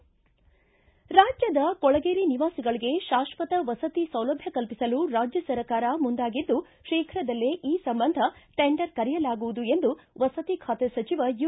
ರಾಜ್ಯದ ಕೊಳಗೇರಿ ನಿವಾಸಿಗಳಿಗೆ ಶಾಶ್ವತ ವಸತಿ ಸೌಲಭ್ಯ ಕಲ್ಪಿಸಲು ರಾಜ್ಯ ಸರ್ಕಾರ ಮುಂದಾಗಿದ್ದು ಶೀಘದಲ್ಲೇ ಈ ಸಂಬಂಧ ಟೆಂಡರ್ ಕರೆಯಲಾಗುವುದು ಎಂದು ವಸತಿ ಖಾತೆ ಸಚಿವ ಯು